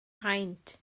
paent